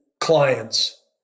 clients